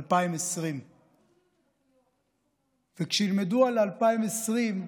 2020. וכשילמדו על 2020,